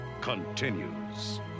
continues